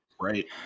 Right